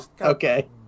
Okay